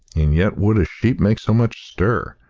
and yet would a sheep make so much stir?